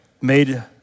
made